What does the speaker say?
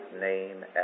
name